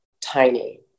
tiny